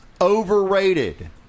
overrated